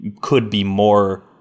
could-be-more